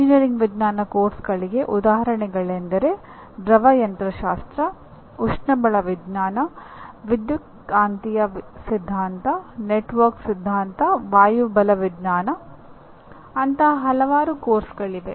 engineering ವಿಜ್ಞಾನ ಪಠ್ಯಕ್ರಮಗಳಿಗೆ ಉದಾಹರಣೆಗಳೆಂದರೆ ದ್ರವ ಯಂತ್ರಶಾಸ್ತ್ರ ಉಷ್ಣಬಲ ವಿಜ್ಞಾನ ವಿದ್ಯುತ್ಕಾಂತೀಯ ಸಿದ್ಧಾಂತ ನೆಟ್ವರ್ಕ್ ಸಿದ್ಧಾಂತ ವಾಯುಬಲವಿಜ್ಞಾನ ಅಂತಹ ಹಲವಾರು ಪಠ್ಯಕ್ರಮಗಳಿವೆ